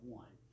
one